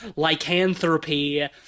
lycanthropy